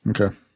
Okay